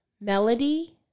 Melody